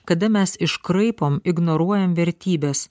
kada mes iškraipom ignoruojam vertybes